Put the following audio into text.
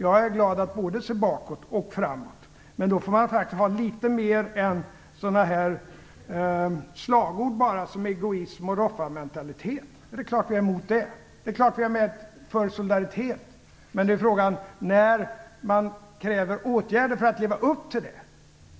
Jag är glad att kunna se både bakåt och framåt. Men vill man se framåt måste man faktiskt ha litet mer än slagord som egoism och roffarmentalitet att komma med. Det är klart att vi är emot det. Det är klart vi är för solidaritet. Men frågan är om Vänsterpartiet orkar leva upp till det